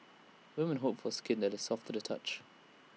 women hope for skin that is soft to the touch